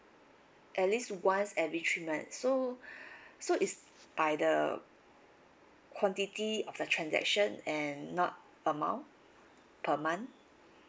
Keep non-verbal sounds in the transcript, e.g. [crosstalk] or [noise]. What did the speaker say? at least once every three months so [breath] so it's by the quantity of the transaction and not amount per month